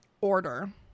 order